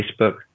Facebook